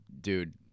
dude